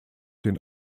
den